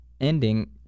ending